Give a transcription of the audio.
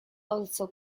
also